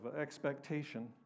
expectation